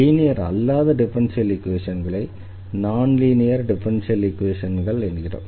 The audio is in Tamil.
லீனியர் அல்லாத டிஃபரன்ஷியல் ஈக்வேஷன்களை நான் லீனியர் டிஃபரன்ஷியல் ஈக்வேஷன்கள் என்கிறோம்